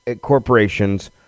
corporations